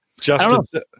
Justin